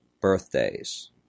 birthdays